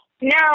No